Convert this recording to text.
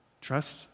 Trust